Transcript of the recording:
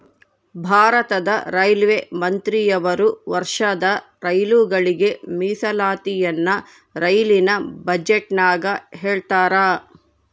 ಭಾರತದ ರೈಲ್ವೆ ಮಂತ್ರಿಯವರು ವರ್ಷದ ರೈಲುಗಳಿಗೆ ಮೀಸಲಾತಿಯನ್ನ ರೈಲಿನ ಬಜೆಟಿನಗ ಹೇಳ್ತಾರಾ